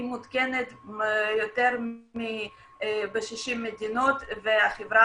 היא מותקנת ביותר מ-60 מדינות והחברה